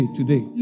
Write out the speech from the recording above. today